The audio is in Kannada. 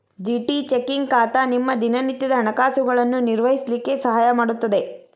ಜಿ.ಟಿ ಚೆಕ್ಕಿಂಗ್ ಖಾತಾ ನಿಮ್ಮ ದಿನನಿತ್ಯದ ಹಣಕಾಸುಗಳನ್ನು ನಿರ್ವಹಿಸ್ಲಿಕ್ಕೆ ಸಹಾಯ ಮಾಡುತ್ತದೆ